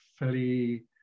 fairly